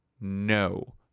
no